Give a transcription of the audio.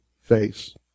face